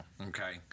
okay